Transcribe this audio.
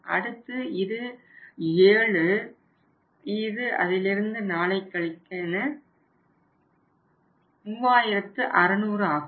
அடுத்து இது 7 4 என 3600 ஆகும்